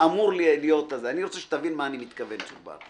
אני רוצה שתבין למה אני מתכוון, צוק בר.